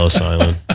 Island